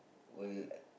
will